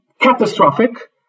catastrophic